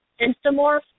Instamorph